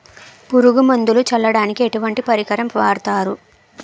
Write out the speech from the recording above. పురుగు మందులు చల్లడానికి ఎటువంటి పరికరం వాడతారు?